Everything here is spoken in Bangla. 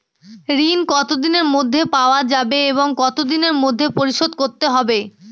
ঋণ কতদিনের মধ্যে পাওয়া যাবে এবং কত দিনের মধ্যে পরিশোধ করতে হবে?